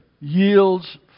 yields